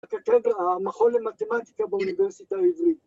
‫המכון למתמטיקה ‫באוניברסיטה העברית.